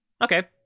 Okay